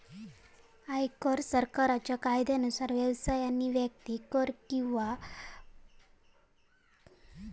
आयकर सरकारच्या कायद्यानुसार व्यवसाय आणि व्यक्ती कर किंवा कर परतावा देण्यास पात्र आहेत